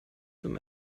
dem